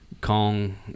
Kong